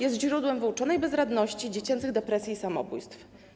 Jest źródłem wyuczonej bezradności, dziecięcych depresji i samobójstw.